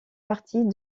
partie